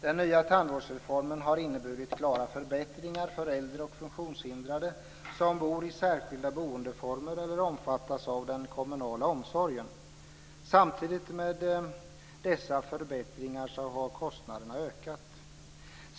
Den nya tandvårdsreformen har inneburit klara förbättringar för äldre och funktionshindrade som bor i särskilda boendeformer eller omfattas av den kommunala omsorgen. Samtidigt med dessa förbättringar har kostnaderna ökat.